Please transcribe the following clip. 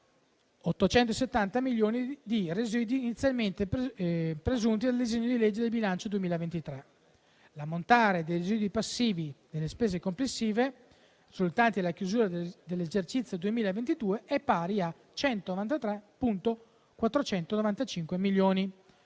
265,870 milioni di residui inizialmente presunti nel disegno di legge di bilancio 2023. L'ammontare dei residui passivi delle spese risultanti alla chiusura dell'esercizio 2022 è pari a 193,495 milioni.